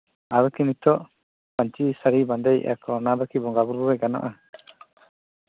ᱟᱨᱚ ᱠᱤ ᱱᱤᱛᱚᱜ ᱯᱟᱹᱧᱪᱤ ᱥᱟᱹᱲᱤ ᱵᱟᱸᱫᱮᱭᱮᱫᱟ ᱠᱚ ᱚᱱᱟ ᱫᱚᱠᱤ ᱵᱚᱸᱜᱟᱼᱵᱩᱨᱩ ᱨᱮ ᱜᱟᱱᱚᱜᱼᱟ